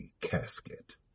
casket